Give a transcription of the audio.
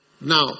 Now